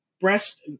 breast